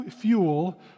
fuel